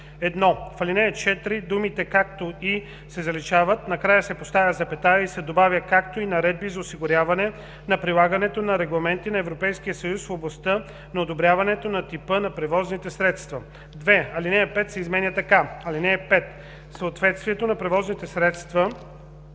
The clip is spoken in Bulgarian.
1. В ал. 4 думите „както и“ се заличават, накрая се поставя запетая и се добавя „както и наредби за осигуряване на прилагането на регламенти на Европейския съюз в областта на одобряването на типа на превозните средства“. 2. Алинея 5 се изменя така: „(5) Съответствието на превозните средства,